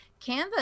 canva